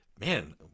man